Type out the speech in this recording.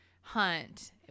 hunt